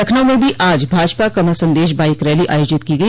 लखनऊ में भी आज भाजपा कमल संदेश बाईक रैली आयोजित की गई